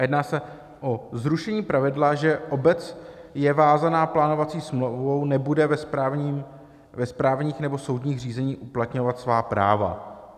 Jedná se o zrušení pravidla, že obec je vázána plánovací smlouvou, nebude ve správních nebo soudních řízeních uplatňovat svá práva.